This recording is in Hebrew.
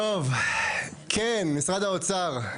טוב, כן, משרד האוצר.